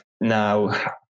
Now